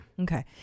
Okay